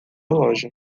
loja